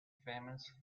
famous